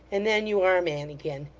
and then you are a man again!